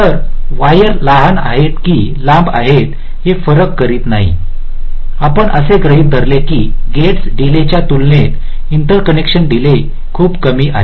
तर वायर लहान आहेत की लांब आहेत हे फरक करत नाही आपण असे गृहित धरले की गेट्स डीलेच्या तुलनेत इंटरकनेक्शन डीले खूप कमी आहे